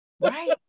right